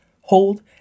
hold